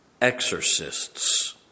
exorcists